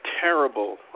terrible